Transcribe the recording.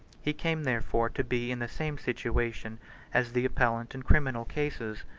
he came therefore to be in the same situation as the appellant in criminal cases.